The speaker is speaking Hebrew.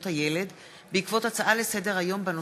הילד בעקבות דיון בהצעות לסדר-היום בנושא: